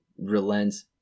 relents